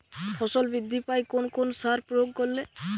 ফসল বৃদ্ধি পায় কোন কোন সার প্রয়োগ করলে?